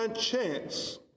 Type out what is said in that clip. chance